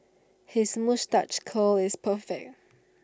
his moustache curl is perfect